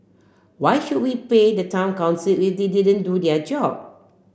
why should we pay the town council they didn't do their job